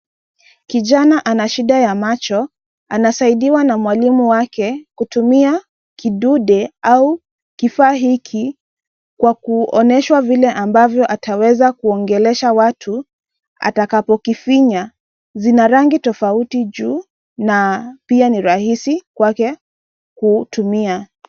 Kijana ana shida ya macho, anasaidiwa na mwalimu wake kutumia kidude au kifaa hiki kwa kuonyeshwa vile ambavyo ataweza kuongelesha watu atakapokifinya. Zina rangi tofauti juu na pia ni rahisi kwake kutumia.